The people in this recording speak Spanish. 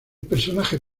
personaje